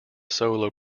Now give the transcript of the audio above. solo